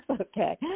okay